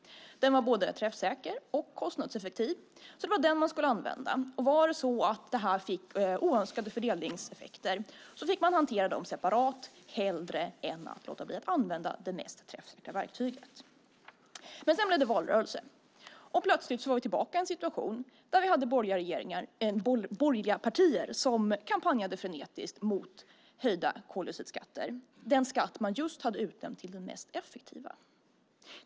Den var både träffsäker och kostnadseffektiv, så det var den man skulle använda. Var det så att den fick oönskade fördelningseffekter så fick man hantera dem separat hellre än att låta bli att använda det mest träffsäkra verktyget. Sedan blev det dock valrörelse, och plötsligt var vi tillbaka i en situation där vi hade borgerliga partier som kampanjade frenetiskt mot höjda koldioxidskatter - den skatt man just hade utnämnt till den mest effektiva.